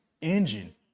engine